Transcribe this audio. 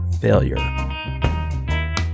failure